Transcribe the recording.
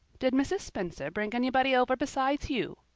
did mrs. spencer bring anybody over besides you?